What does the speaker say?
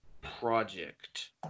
project